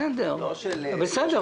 זאת התוצאה.